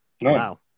Wow